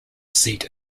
seat